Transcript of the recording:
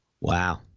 Wow